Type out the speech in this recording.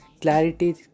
Clarity